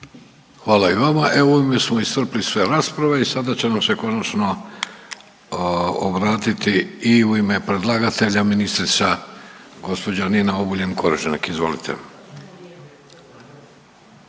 Hvala i vama. Ovime smo iscrpili sve rasprave i sada će nam se konačno obratiti i u ime predlagatelja ministrica, gđa. Nina Obuljen Koržinek, izvolite.